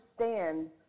understand